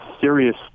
serious